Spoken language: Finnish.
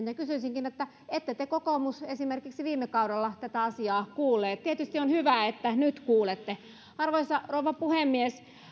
sähkön siirtohintojen halpuuttamisen ja ette te kokoomus esimerkiksi viime kaudella tätä asiaa kuulleet tietysti on hyvä että nyt kuulette arvoisa rouva puhemies